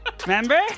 Remember